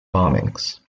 bombings